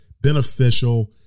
beneficial